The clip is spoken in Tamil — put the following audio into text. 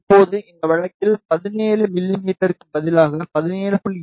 இப்போது இந்த வழக்கில் 17 மிமீக்கு பதிலாக 17